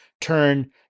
turn